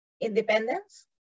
independence